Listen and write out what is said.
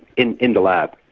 in in the lab.